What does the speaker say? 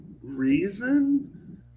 reason